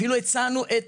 אפילו הצענו את